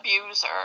abuser